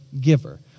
giver